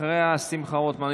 אחריה, שמחה רוטמן.